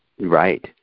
Right